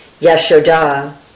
Yashoda